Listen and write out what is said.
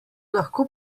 lahko